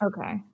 Okay